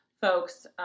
folks